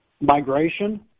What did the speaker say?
migration